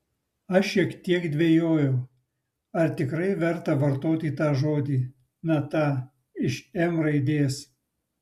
aš šiek tiek dvejojau ar tikrai verta vartoti tą žodį na tą iš m raidės